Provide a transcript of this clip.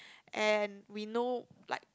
and we know like